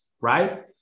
right